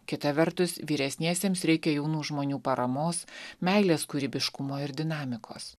kita vertus vyresniesiems reikia jaunų žmonių paramos meilės kūrybiškumo ir dinamikos